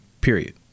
Period